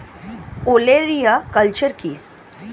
ওলেরিয়া কালচার কি?